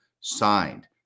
signed